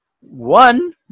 one